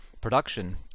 production